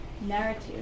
narrative